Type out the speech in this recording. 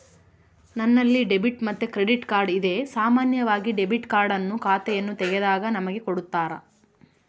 ನನ್ನಲ್ಲಿ ಡೆಬಿಟ್ ಮತ್ತೆ credit card ಇದೆ, ಸಾಮಾನ್ಯವಾಗಿ ಡೆಬಿಟ್ ಕಾರ್ಡ್ ಅನ್ನು ಖಾತೆಯನ್ನು ತೆಗೆದಾಗ ನಮಗೆ ಕೊಡುತ್ತಾರ